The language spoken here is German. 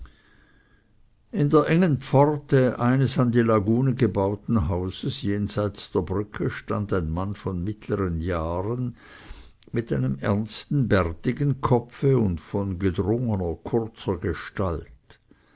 in der engen pforte eines an die lagune gebauten hauses jenseits der brücke stand ein mann von mittleren jahren mit einem ernsten bärtigen kopfe und von gedrungener kurzer gestalt